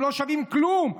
הם לא שווים כלום.